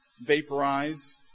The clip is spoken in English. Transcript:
vaporize